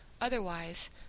Otherwise